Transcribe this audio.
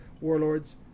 Warlords